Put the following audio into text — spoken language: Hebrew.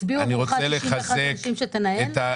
הצביעו עבורך 61 אנשים שתנהל?